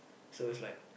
so it's like